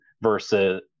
versus